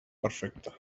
perfecta